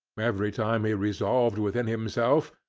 every time he resolved within himself,